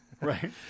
Right